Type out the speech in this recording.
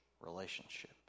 Relationship